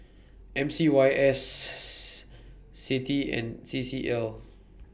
M C Y S CITI and C C L